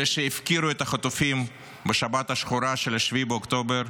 אלה שהפקירו את החטופים בשבת השחורה של 7 באוקטובר,